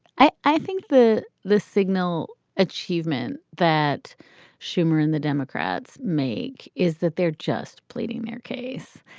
i i think the the signal achievement that schumer and the democrats make is that they're just pleading their case.